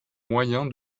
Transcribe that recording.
moyen